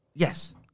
Yes